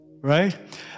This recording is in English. Right